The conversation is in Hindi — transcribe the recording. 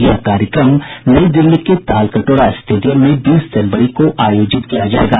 यह कार्यक्रम नई दिल्ली के तालकटोरा स्टेडियम में बीस जनवरी को आयोजित किया जाएगा